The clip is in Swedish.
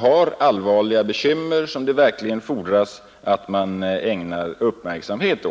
har allvarliga bekymmer som verkligen fordrar uppmärksamhet.